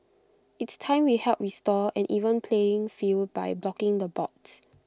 it's time we help restore an even playing field by blocking the bots